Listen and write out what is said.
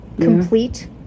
complete